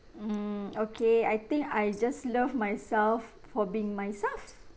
mm okay I think I just love myself for being myself